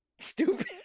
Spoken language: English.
Stupid